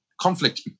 conflict